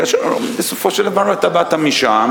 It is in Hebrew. כאשר בסופו של דבר אתה באת משם,